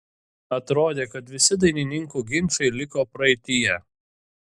atrodė kad visi dainininkių ginčai liko praeityje